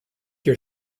your